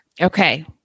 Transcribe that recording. Okay